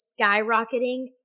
skyrocketing